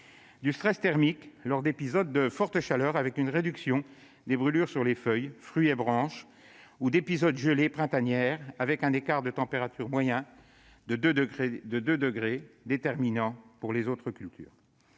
du stress thermique lors d'épisodes de fortes chaleurs, en réduisant les brûlures sur les feuilles, fruits et branches, ou lors d'épisodes de gelées printanières, avec un écart de température moyen de 2 degrés déterminant pour les cultures.